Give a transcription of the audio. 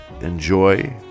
enjoy